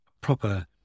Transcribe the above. proper